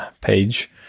page